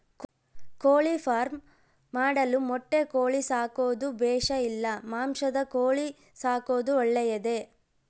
ಕೋಳಿಫಾರ್ಮ್ ಮಾಡಲು ಮೊಟ್ಟೆ ಕೋಳಿ ಸಾಕೋದು ಬೇಷಾ ಇಲ್ಲ ಮಾಂಸದ ಕೋಳಿ ಸಾಕೋದು ಒಳ್ಳೆಯದೇ?